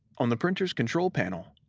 on the printer's control panel,